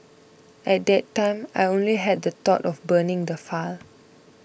at that time I only had the thought of burning the file